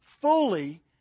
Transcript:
fully